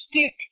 stick